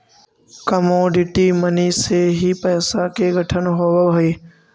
commodity money से ही पैसा के गठन होवऽ हई